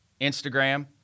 Instagram